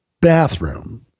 bathroom